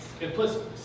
implicitly